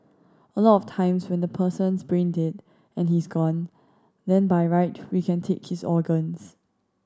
a lot of times when the person's brain dead and he's gone then by right we can take his organs